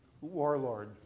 warlord